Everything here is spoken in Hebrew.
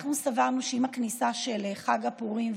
אנחנו סברנו שעם הכניסה של חג הפורים,